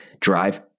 drive